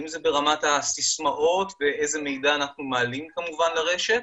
אם זה ברמת סיסמאות ואיזה מידע אנחנו מעלים לרשת